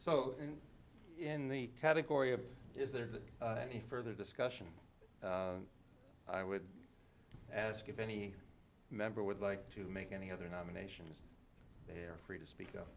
so in the category of is there any further discussion i would ask if any member would like to make any other nominations they're free to speak up